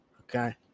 okay